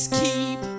keep